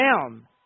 down